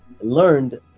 learned